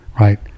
right